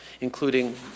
including